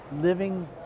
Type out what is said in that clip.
living